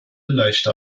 leichte